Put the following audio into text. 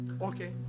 Okay